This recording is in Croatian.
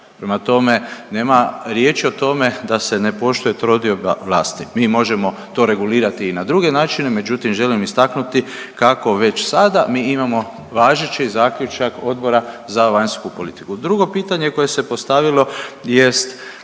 Prema tome, nema riječi o tome da se ne poštuje trodioba vlasti. Mi možemo to regulirati i na druge načine, međutim želim istaknuti kako već sada mi imamo važeći zaključak Odbora za vanjsku politiku. Drugo pitanje koje se postavilo jest